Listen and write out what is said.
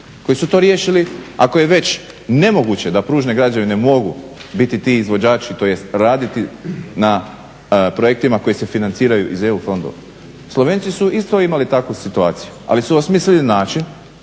koji su to riješili ako je već nemoguće da pružne građevine mogu biti ti izvođači tj. raditi na projektima koji se financiraju iz EU fondova, Slovenci su isto imali takvu situaciju ali su osmislili način